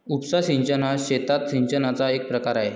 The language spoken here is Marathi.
उपसा सिंचन हा शेतात सिंचनाचा एक प्रकार आहे